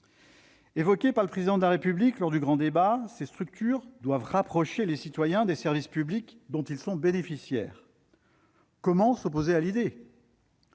Évoquées par le Président de la République lors du grand débat national, ces structures doivent rapprocher les citoyens des services publics dont ils sont bénéficiaires. Comment s'opposer à une